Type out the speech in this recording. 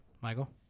Michael